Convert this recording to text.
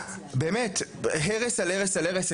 באמת הרס על הרס על הרס,